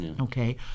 okay